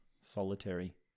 solitary